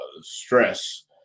stress